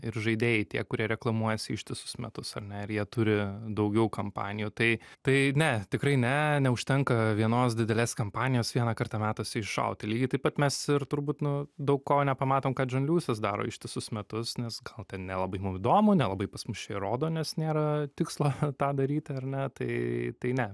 ir žaidėjai tie kurie reklamuojasi ištisus metus ar ne ir jie turi daugiau kampanijų tai tai ne tikrai ne neužtenka vienos didelės kampanijos vieną kartą metuose iššauti lygiai taip pat mes ir turbūt nu daug ko nepamatom ką džon liuisas daro ištisus metus nes gal ten nelabai mum įdomu nelabai pas mus čia ir rodo nes nėra tikslo tą daryti ar ne tai tai ne